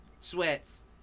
sweats